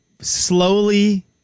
slowly